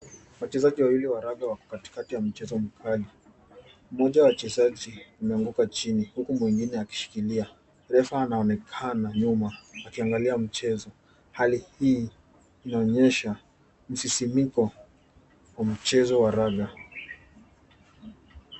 Wachezaji wawili wa raga wako katikati ya mchezo mkali. Mmoja wa wachezaji ameanguka chini huku mwingine akishikilia. Refa anaonekana nyuma akiangalia mchezo. Hali hii inaonyesha msisimiko wa mchezo wa raga .